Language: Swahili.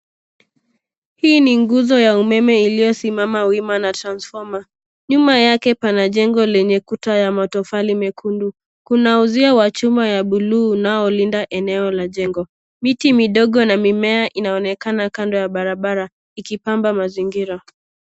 Hii ni nguzo ya umeme iliyosimama wima na transformer .Nyuma yake pana jengo lenye kuta ya matofali mekundu. Kuna uzio wa chuma ya buluu unaolinda eneo la jengo. Miti midogo na mimea inaonekana kando ya barabara ikipamba mazingira.